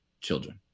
children